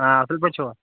اصٕل پٲٹھۍ چھِوا